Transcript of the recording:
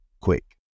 quick